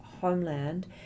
homeland